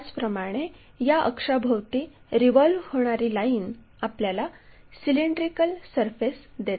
त्याचप्रमाणे या अक्षाभोवती रिव्हॉल्व होणारी लाईन आपल्याला सिलेंड्रिकल सरफेस देते